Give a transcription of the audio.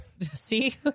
see